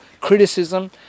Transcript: criticism